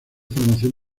formación